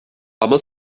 ama